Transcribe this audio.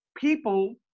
people